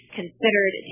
considered